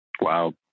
Wow